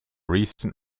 recent